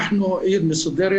אנחנו עיר מסודרת.